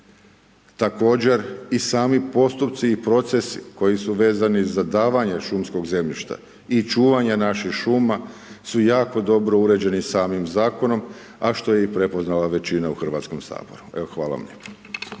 Također i sami postupci i procesi koji su vezani za davanje šumskog zemljišta, i čuvanja naših šuma, su jako dobro uređeni samim Zakonom, a što je i prepoznala većina u Hrvatskom saboru. Evo, hvala